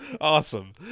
awesome